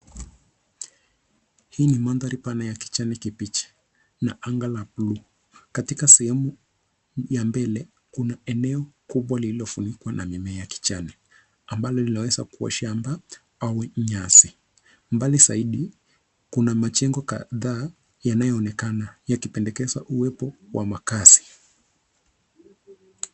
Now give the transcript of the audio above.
Hii ni mandhari pana ya kijani kibichi na anga la buluu. Katika sehemu ya mbele, kuna eneo kubwa lililofunikwa na mimea ya kijani ambalo linaeza kuwa shamba au nyasi. Mbali zaidi kuna majengo kadhaa yanayoonekana yakipendekeza uwepo wa makaazi.